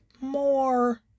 more